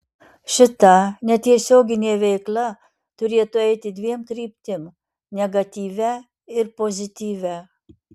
šita netiesioginė veikla turėtų eiti dviem kryptim negatyvia ir pozityvia